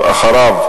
אחריו,